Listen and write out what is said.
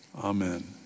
amen